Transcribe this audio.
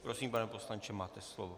Prosím, pane poslanče, máte slovo.